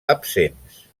absents